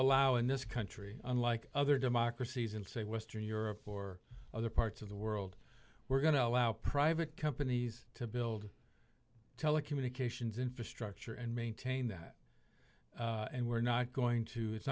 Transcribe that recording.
allow in this country unlike other democracies in say western europe or other parts of the world we're going to allow private companies to build telecommunications infrastructure and maintain that and we're not going to it's